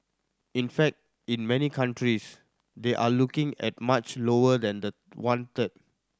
in fact in many countries they are looking at much lower than the one third